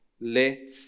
let